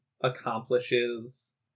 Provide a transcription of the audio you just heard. accomplishes